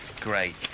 Great